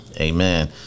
Amen